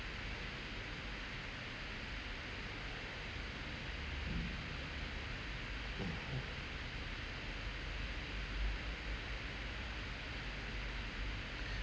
mmhmm